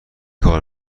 کار